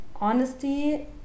honesty